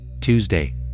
Tuesday